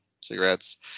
cigarettes